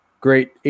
great